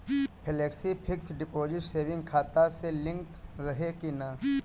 Flexi fix deposit saving खाता से link रहले कि ना?